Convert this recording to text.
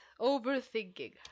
Overthinking